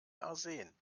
arsen